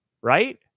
right